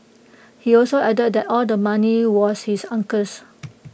he also added that all the money was his uncle's